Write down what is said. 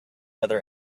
other